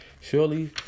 Surely